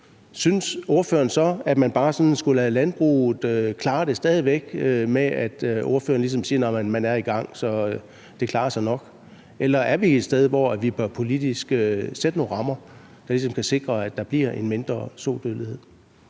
synes ordføreren så, at man bare skal lade landbruget klare det stadig væk, når ordføreren ligesom siger, at man er i gang, så det nok ordner sig? Eller er vi et sted, hvor vi politisk bør sætte nogle rammer, der ligesom kan sikre, at der bliver en mindre sodødelighed?